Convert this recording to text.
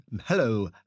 Hello